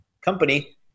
company